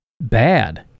bad